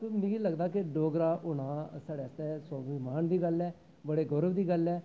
ते मिगी लगदा कि डोगरा होना साढ़े आस्तै स्वाभिमान दी गल्ल ऐ बड़े गौर्व दी गल्ल ऐ